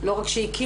לא רק שהכירו,